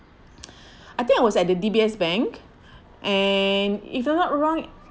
I think I was at the D_B_S bank and if I'm not wrong